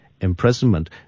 imprisonment